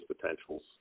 potentials